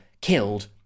killed